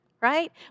right